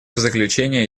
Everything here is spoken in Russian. заключение